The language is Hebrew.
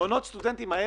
אני